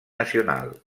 nacional